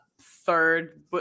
third